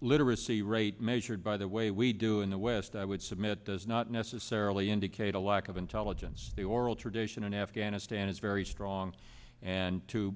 literacy rate measured by the way we do in the west i would submit does not necessarily indicate a lack of intelligence the oral tradition in afghanistan is very strong and to